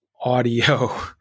audio